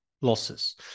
losses